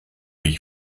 ich